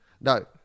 No